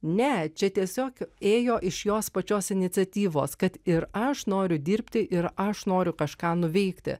ne čia tiesiog ėjo iš jos pačios iniciatyvos kad ir aš noriu dirbti ir aš noriu kažką nuveikti